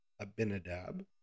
Abinadab